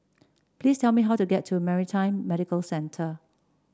please tell me how to get to Maritime Medical Center